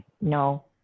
No